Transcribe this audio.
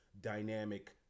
dynamic